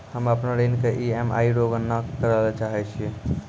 हम्म अपनो ऋण के ई.एम.आई रो गणना करैलै चाहै छियै